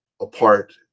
apart